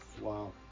Wow